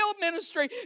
ministry